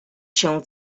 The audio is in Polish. się